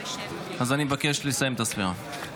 מבקש לסיים את הספירה.